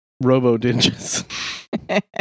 Robo-Dinges